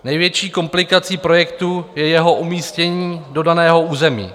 Největší komplikací projektu je jeho umístění do daného území.